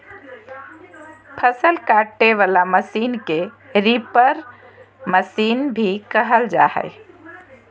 फसल काटे वला मशीन के रीपर मशीन भी कहल जा हइ